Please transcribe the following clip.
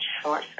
sure